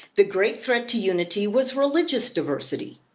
the great threat to unity was religious diversity.